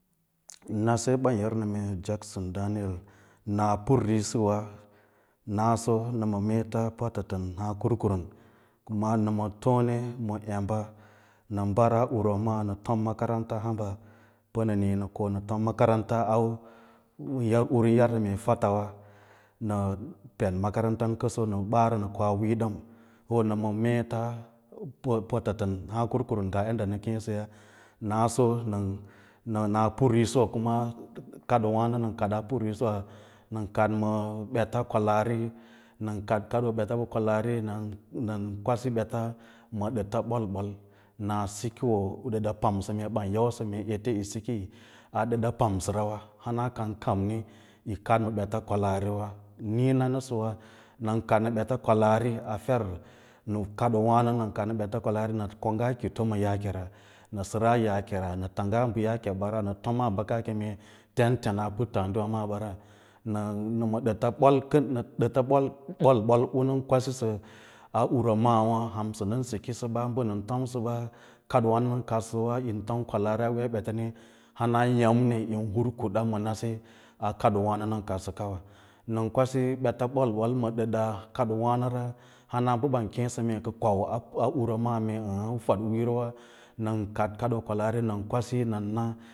nase ɓanyorna me jakson daniel, naa put risawa naso nə ma meeta patatən ahǎǎ kurkurum kuma nə ma tone ma emba nə mbaraa urwa maa nə tom makaranta hamɓa pənə ko nə tom makaranta a uraa wǐiyowa un yarsə fottswa, nə peɗ makaranta kənso nə ɓaa rə nə koa wīiyo ɗən, wǎ nə maa meets patatən ahǎǎ kurkurum ngaa yadda nə keẽ səya, naso naa naa put risiwa kuma kadoowairo nən kaɗaa put risiwa nən kəd ma ɓets kwalaari nən kar kaɗ ɓeta kwalaari nən kwasi ɓeta ɓol ɓol, naa sikoo a ɗəɗa pamsə mee kam ete yi siki a ɗəɗa pamsərawa hana kan kamni yi kad ma ɓeta kwəaariwa niĩna nəsə wa nən kd ma ɓeta kwalaari a fer kadoowâno nən kaɗma ma ɓeta kwalaari nə kongga kito ma yaakera nə səraa yaake ra nə tanggaa bə yaake ɓara nə fomaa ɓa ka a keme tenatena a puttǎǎdə wa maaɓa, nə ma ɗəta bol bol bol u nən kwasiɓa urwa maawa hansə nən sikisəɓa, bə nən tomsəba, kaɗ wano nən kadsəwa nən tom kwalaari a wiiya ɓetami hana yammi yin hr kuɗa ma nase a kadoo wa no nən kaɗə kawa nən kwasi ɓeta ɓol ɓol ma ɗaɗa kwadoowano ra hana mbə ɓan keẽ sə mee kon a urwa maa meen u fadwiiyowaɓa nən kad kwalaari kwosi nə na ɓeta.